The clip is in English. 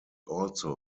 also